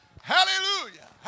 Hallelujah